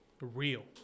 real